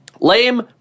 Lame